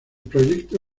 proyecto